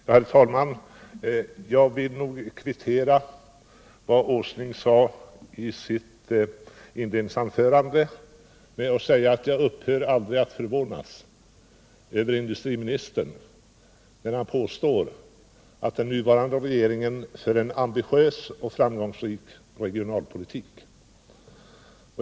Herr talman! Jag vill kvittera vad Nils Åsling sade i sitt anförande. Inte heller jag upphör att förvånas över industriministerns påstående att den nuvarande regeringen för en ambitiös och framgångsrik regionalpolitik.